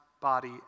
body